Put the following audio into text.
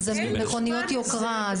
זה מכוניות יוקרה,